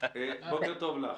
בוקר טוב לך.